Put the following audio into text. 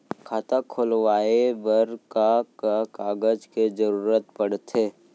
खाता खोलवाये बर का का कागज के जरूरत पड़थे?